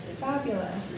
Fabulous